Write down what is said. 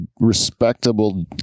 respectable